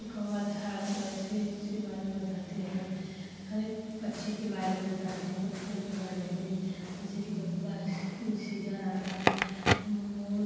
एक कौवा था तो ऐसे ही इसके बारे में बताते हैं हरेक पक्षी के बारे में बताते हैं कबूतर के बारे में जैसे कि जब बारिश सीजन आता है तो मोर